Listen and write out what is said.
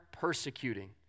persecuting